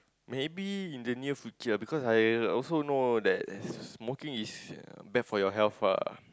maybe in the near future because I also know that smoking is bad for your health ah